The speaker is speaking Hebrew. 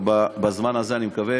בזמן הזה אני מקווה